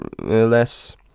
less